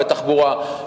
בתחבורה,